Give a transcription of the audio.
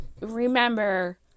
remember